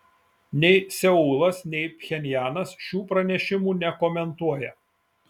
nei seulas nei pchenjanas šių pranešimų nekomentuoja